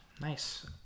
nice